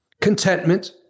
contentment